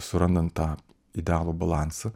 surandant tą idealų balansą